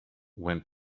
when